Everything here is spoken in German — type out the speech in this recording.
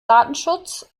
datenschutz